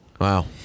Wow